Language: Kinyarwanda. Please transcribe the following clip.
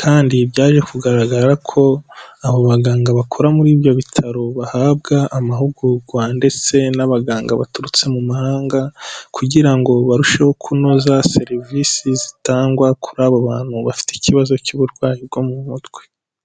kandi byaje kugaragara ko abo baganga bakora muri ibyo bitaro bahabwa amahugurwa ndetse n'abaganga baturutse mu mahanga kugira ngo barusheho kunoza serivisi zitangwa kuri abo bantu bafite ikibazo cy'uburwayi bwo mu mutwe.